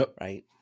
Right